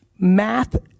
Math